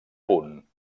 punt